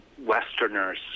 Westerners